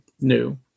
new